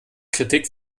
kritik